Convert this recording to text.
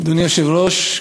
אדוני היושב-ראש,